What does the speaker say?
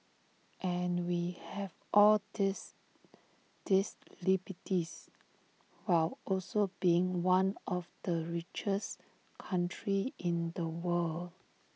and we have all these these liberties while also being one of the richest countries in the world